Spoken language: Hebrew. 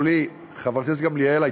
שחברת הכנסת גמליאל,